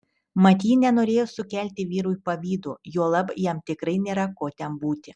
mat ji nenorėjo sukelti vyrui pavydo juolab jam tikrai nėra ko ten būti